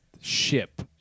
ship